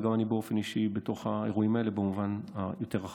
וגם אני באופן אישי בתוך האירועים האלה במובן היותר-רחב.